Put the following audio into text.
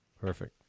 perfect